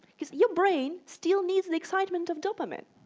because your brain still needs the excitement of dopamine.